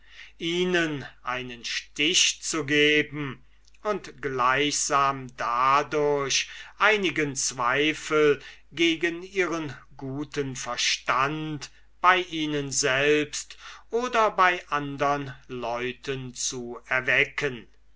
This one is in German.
ihnen einen stich zu geben und gleichsam dadurch einigen zweifel gegen ihren guten verstand bei ihnen selbst oder bei andern leuten zu erwecken